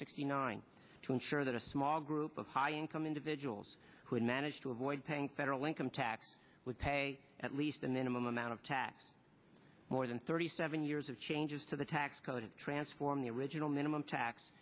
sixty nine to ensure that a small group of high income individuals who had managed to avoid paying federal income tax would pay at least and then amount of tax more than thirty seven years of changes to the tax code to transform the original minimum tax